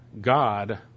God